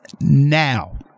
now